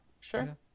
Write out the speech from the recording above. sure